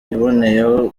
iboneyeho